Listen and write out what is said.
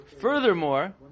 furthermore